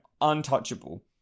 untouchable